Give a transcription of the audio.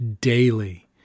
daily